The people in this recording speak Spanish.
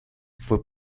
fue